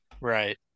Right